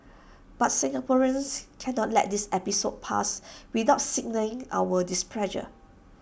but Singaporeans cannot let this episode pass without signalling our displeasure